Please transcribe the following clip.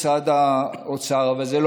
אני מודע לכך שהשר ישראל כץ ניסה להגיע